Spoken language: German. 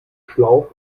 schlauch